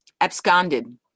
absconded